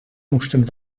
moesten